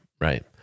Right